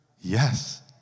Yes